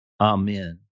Amen